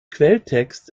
quelltext